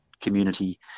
community